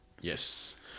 Yes